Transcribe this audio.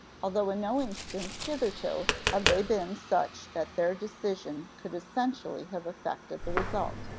although in no instance hitherto have they been such that their decision could essentially have affected the result.